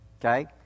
okay